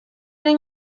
ari